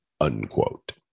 unquote